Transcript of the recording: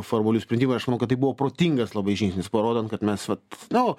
formalių sprendimų ir aš manau kad tai buvo protingas labai žingsnis parodant kad mes vat nu